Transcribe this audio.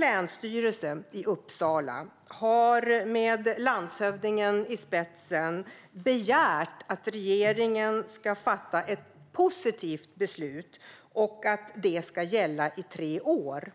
Länsstyrelsen i Uppsala har med landshövdingen i spetsen begärt att regeringen ska fatta ett positivt beslut och att det ska gälla i tre år.